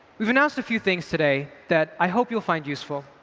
we've announced a few things today that i hope you'll find useful.